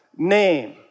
Name